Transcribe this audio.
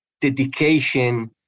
dedication